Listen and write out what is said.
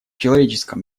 человеческом